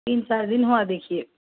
تین چار دن ہوا دیکھیے